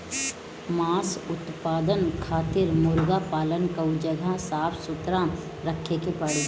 मांस उत्पादन खातिर मुर्गा पालन कअ जगह साफ सुथरा रखे के पड़ी